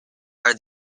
are